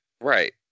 Right